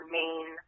main